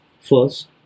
first